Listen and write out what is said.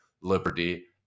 liberty